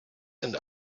and